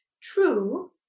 true